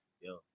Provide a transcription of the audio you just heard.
Yo